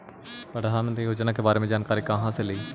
प्रधानमंत्री योजना के बारे मे जानकारी काहे से ली?